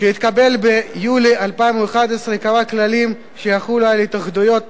שהתקבל ביולי 2011 קבע כללים שיחולו על התאחדויות